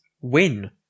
win